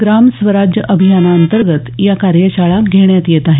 ग्राम स्वराज अभियानांतर्गत या कार्यशाळा घेण्यात येत आहेत